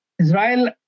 Israel